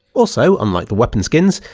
also, unlike the weapon skins,